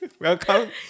welcome